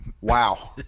Wow